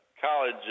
college